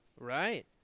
Right